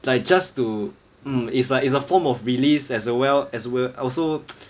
like just to mm it's like it's a form of release as well as will also